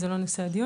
כי זה לא נושא הדיון.